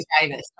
Davis